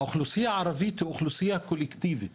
האוכלוסייה הערבית היא אוכלוסייה קולקטיבית